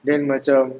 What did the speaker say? then macam